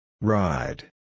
Ride